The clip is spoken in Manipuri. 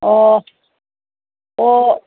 ꯑꯣ ꯑꯣ